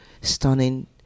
stunning